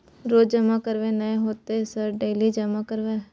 रोज जमा करबे नए होते सर डेली जमा करैबै?